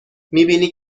میبینی